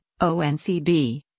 ONCB